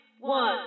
One